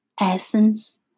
essence